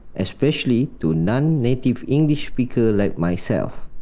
especially to non-native english speakers like myself.